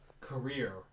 career